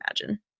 imagine